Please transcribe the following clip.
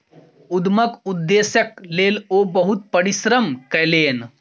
उद्यमक उदेश्यक लेल ओ बहुत परिश्रम कयलैन